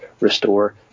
restore